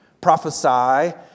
prophesy